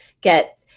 get